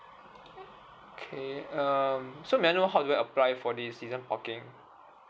K um so may I know how do I apply for this season parking